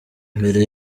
mbere